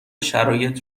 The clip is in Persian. شرایط